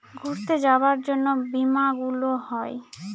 ঘুরতে যাবার জন্য বীমা গুলো হয়